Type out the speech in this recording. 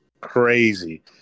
crazy